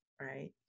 right